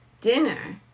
dinner